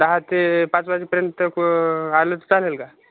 दहा ते पाच वाजेपर्यंत आलं तर चालेल का